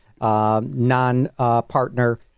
non-partner